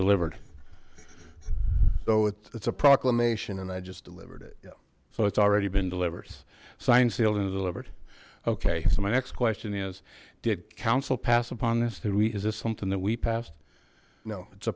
delivered so it's a proclamation and i just delivered it yeah so it's already been delivered signed sealed and delivered okay so my next question is did council pass upon this theory is this something that we passed no it's a